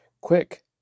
quick